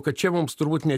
kad čia mums turbūt ne